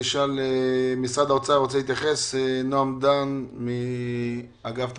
נועם דן מאגף תקציבים.